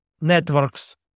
networks